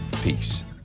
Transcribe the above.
Peace